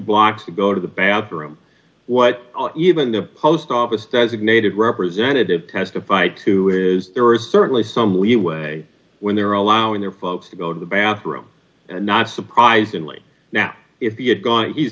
blocks to go to the bathroom what even the post office designated representatives testify to is there is certainly some leeway when they are allowing their votes to go to the bathroom and not surprisingly now if you had gone